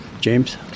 James